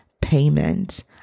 payment